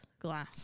glass